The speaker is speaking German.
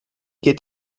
geht